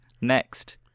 Next